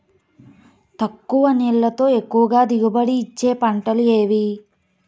తక్కువ నీళ్లతో ఎక్కువగా దిగుబడి ఇచ్చే పంటలు ఏవి?